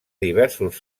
diversos